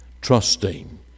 trusting